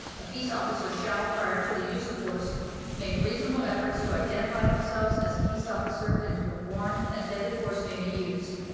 a peace officer shall prior to the use of force make reasonable efforts to identify themselves as a peace officer and to warn that deadly force may be used,